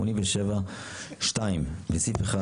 6. בסעיף 40(ב)(2).